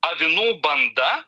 avinų banda